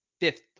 fifth